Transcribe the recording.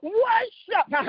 worship